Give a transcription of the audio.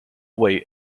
wait